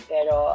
Pero